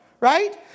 right